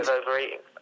overeating